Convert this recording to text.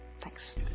Thanks